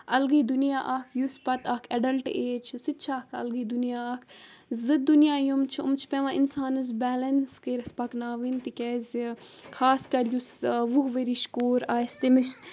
اَلگٕے دُنیا اکھ یُس پَتہٕ اکھ ایڈَلٹ ایج چھُ سُہ تہِ چھُ اکھ اَلگٕے دُنیا اکھ زٕ دُنیا یِم چھِ یِم چھِ پیٚوان اِنسانَس بیلنٕس کٔرِتھ پَکناوٕنۍ تِکیازِ خاص کر یُس وُہ ؤریچ کوٗر آسہِ تٔمِس